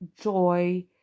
joy